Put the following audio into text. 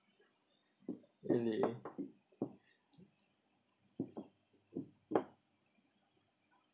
really